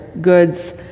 goods